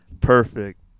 perfect